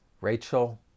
Rachel